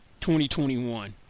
2021